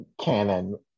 canon